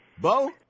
Bo